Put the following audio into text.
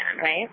right